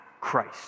Christ